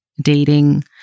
dating